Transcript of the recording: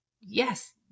yes